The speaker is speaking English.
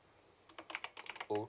ok